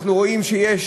אנחנו רואים שיש